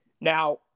Now